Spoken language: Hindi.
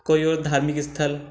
कोई और धार्मिक स्थल